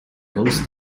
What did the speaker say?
goes